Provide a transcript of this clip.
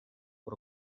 por